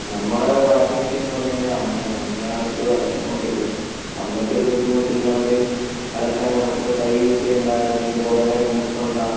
നമ്മളെ washing machine എന്ന് പറഞ്ഞു കഴിഞ്ഞാൽ അമ്മയാണ് അമ്മയാണ് എപ്പോഴും അലക്കിക്കൊണ്ടിരിക്കുക അപ്പോൾ അമ്മയ്ക്ക് ഒരു ബുദ്ധിമുട്ടില്ലാണ്ട് അലക്കാൻ നമുക്കിപ്പോൾ കൈ യൂസ് ചെയ്യേണ്ട നിന്നു കുറെ നേരം നിൽക്കണ്ട